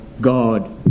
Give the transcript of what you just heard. God